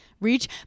reach